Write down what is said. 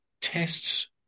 tests